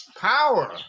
power